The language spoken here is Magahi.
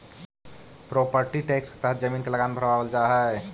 प्रोपर्टी टैक्स के तहत जमीन के लगान भरवावल जा हई